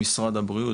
גם עם משרד הבריאות,